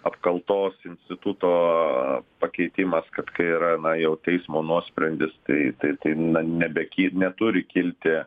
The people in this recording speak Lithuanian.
apkaltos instituto pakeitimas kad kai yra na jau teismo nuosprendis tai tai tai na nebeki neturi kilti